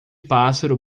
pássaro